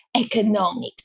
economics